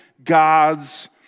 God's